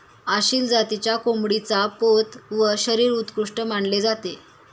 आसिल जातीच्या कोंबडीचा पोत व शरीर उत्कृष्ट मानले जाते